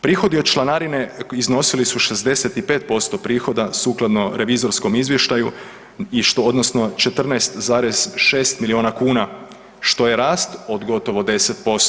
Prihodi od članarine iznosili su 65% prihoda sukladno revizorskom izvještaju i odnosno 14,6 milijuna kuna što je rast od gotovo 10%